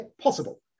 possible